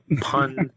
pun